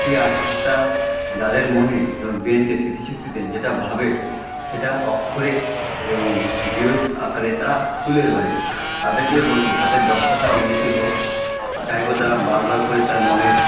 সে আর্টটা যাদের মনে এবং ব্রেনকে স্মৃতিশক্তিতে যেটা ভাবে সেটা অক্ষরে এবং ভিউস আকারে তারা তুলে ধরে তাদেরকে বলব তাদের দক্ষতা উন্নতি হোক চাইব তারা বার বার করে তার মনের